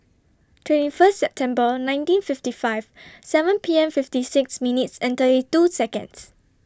twenty First September nineteen fifty five seven P M fifty six minutes thirty two Seconds